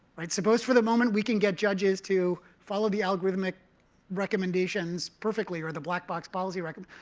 like suppose for the moment, we can get judges to follow the algorithmic recommendations perfectly, or the black box policy record.